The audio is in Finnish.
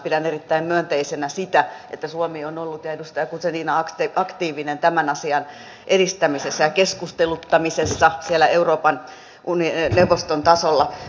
pidän erittäin myönteisenä sitä että suomi on ollut ja edustaja guzenina aktiivinen tämän asian edistämisessä ja keskusteluttamisessa siellä euroopan neuvoston tasolla